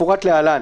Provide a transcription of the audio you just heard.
כמפורט להלן: